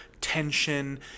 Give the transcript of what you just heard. tension